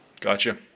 Gotcha